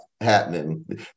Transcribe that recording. happening